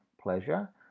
pleasure